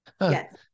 Yes